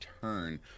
turn